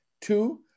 Two